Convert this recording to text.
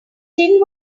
tin